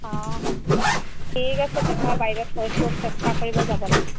অঁ ঠিক আছে তেনেহ'লে বাইদেউ থৈছোঁ চেষ্টা কৰিব যাবলৈ